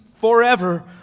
forever